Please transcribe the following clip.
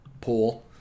pool